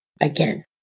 again